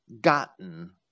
gotten